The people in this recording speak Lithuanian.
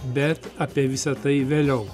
bet apie visa tai vėliau